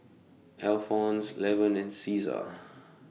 Alphons Levern and Ceasar